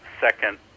second